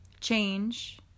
change